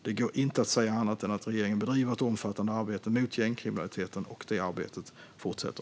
Det går inte att säga annat än att regeringen bedriver ett omfattande arbete mot gängkriminaliteten, och det arbetet fortsätter.